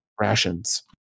rations